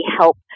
help